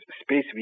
space